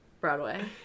Broadway